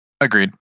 Agreed